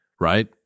Right